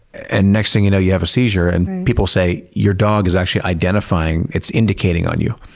and next thing you know, you have a seizure and people say, your dog is actually identifying, it's indicating on you.